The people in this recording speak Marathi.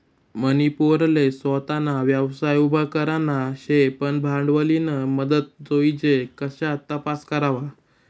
मनी पोरले सोताना व्यवसाय उभा करना शे पन भांडवलनी मदत जोइजे कशा तपास करवा?